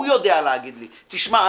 הוא יודע להגיד לי: תשמע,